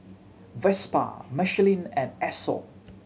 Vespa Michelin and Esso